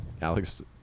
Alex